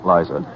Liza